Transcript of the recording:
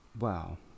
Wow